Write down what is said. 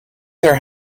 their